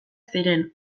ziren